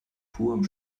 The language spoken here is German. purem